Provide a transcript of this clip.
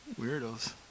Weirdos